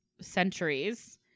centuries